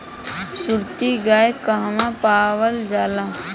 सुरती गाय कहवा पावल जाला?